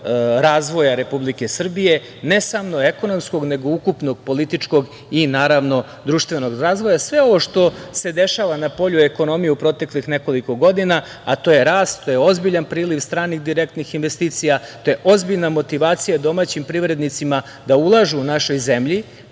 razvoja Republike Srbije, ne samo ekonomskog, nego ukupnog političkog i naravno društvenog razvoja. Sve ovo što se dešava na polju ekonomije u proteklih nekoliko godina, a to je rast, to je ozbiljan priliv stranih direktnih investicija, to je ozbiljna motivacija domaćim privrednicima da ulažu u našoj zemlji,